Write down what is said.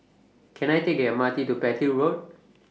Can I Take The M R T to Petir Road